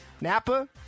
Napa